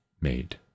made